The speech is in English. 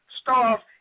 starve